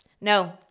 No